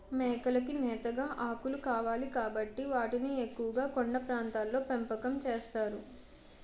మేకలకి మేతగా ఆకులు కావాలి కాబట్టి వాటిని ఎక్కువుగా కొండ ప్రాంతాల్లో పెంపకం చేస్తారు